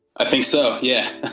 i think so. yeah.